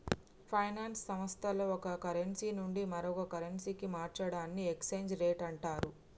finance సంస్థల్లో ఒక currency నుండి మరో కరెన్సీకి మార్చడాన్ని ఎక్స్చేంజ్ రేట్ అంటరు